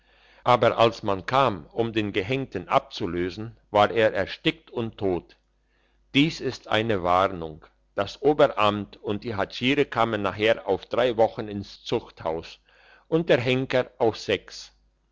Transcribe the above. aber als man kam um den gehenkten abzulösen war er erstickt und tot dies ist eine warnung das oberamt und die hatschiere kamen nachher auf drei wochen ins zuchthaus und der henker auf sechs